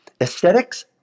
Aesthetics